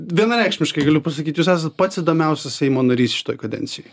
vienareikšmiškai galiu pasakyt jūs esat pats įdomiausias seimo narys šitoj kadencijoj